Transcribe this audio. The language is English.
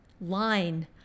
line